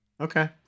Okay